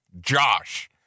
Josh